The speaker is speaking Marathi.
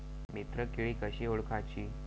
मित्र किडी कशी ओळखाची?